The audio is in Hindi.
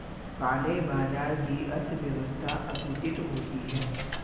काले बाजार की अर्थव्यवस्था असूचित होती है